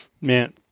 man